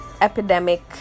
epidemic